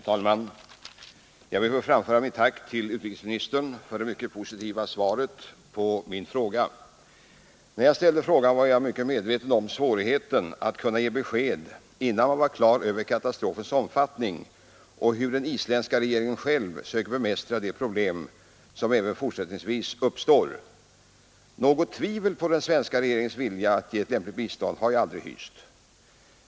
Herr talman! Jag ber att få framföra mitt tack till utrikesministern för det mycket positiva svaret på min fråga. När jag ställde frågan var jag mycket medveten om svårigheten att ge besked innan man var klar över katastrofens omfattning och hur den isländska regeringen själv försöker bemästra de problem som även fortsättningsvis uppstår. Något tvivel på den svenska regeringens vilja att ge ett lämpligt bistånd har jag aldrig hyst.